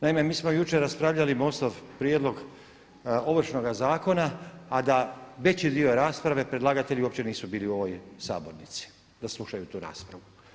Naime, mi smo jučer raspravljali MOST-ov prijedlog Ovršnoga zakona a da veći dio rasprave predlagatelji uopće nisu bili u ovoj sabornici da slušaj tu raspravu.